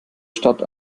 statt